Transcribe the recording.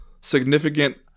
significant